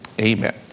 Amen